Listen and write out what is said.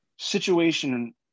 situation